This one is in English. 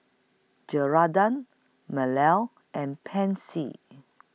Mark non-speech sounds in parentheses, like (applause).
(unintelligible) and Pansy